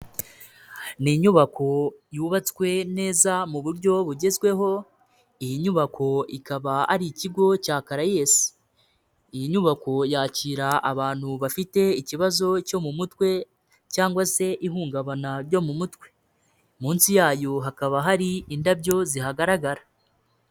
Ni inyubako yubatswe neza mu buryo bugezweho, iyi nyubako ikaba ari ikigo cya CARAES. Iyi nyubako yakira abantu bafite ikibazo cyo mu mutwe cyangwa se ihungabana ryo mu mutwe, munsi yayo hakaba hari indabyo zihagaragara.